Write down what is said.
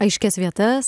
aiškias vietas